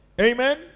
amen